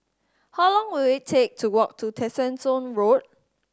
how long will it take to walk to Tessensohn Road